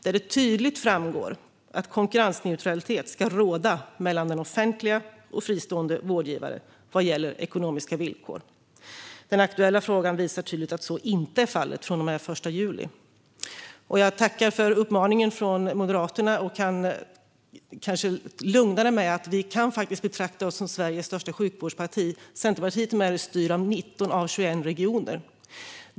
Det framgår tydligt att konkurrensneutralitet ska råda mellan offentliga och fristående vårdgivare vad gäller ekonomiska villkor. Den aktuella frågan visar tydligt att så inte är fallet från och med den 1 juli. Jag tackar för uppmaningen från Moderaterna, och jag kan lugna dem med att Centerpartiet kan betraktas som Sveriges största sjukvårdsparti. Centerpartiet är med och styr i 19 av 21 regioner.